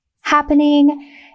happening